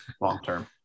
long-term